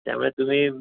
त्यामुळे तुम्ही